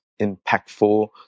impactful